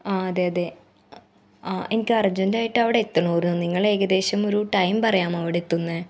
ആ അതെതെ ആ എനിക്ക് അർജൻടായ്ട്ടവടെ എത്തണായിരുന്ന് ഏകദേശമൊരു ടൈം പറയാമോ അവിടെത്തന്നെ